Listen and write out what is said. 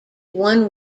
one